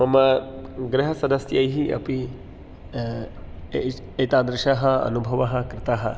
मम गृहसदस्यैः अपि एष् एतादृशः अनुभवः कृतः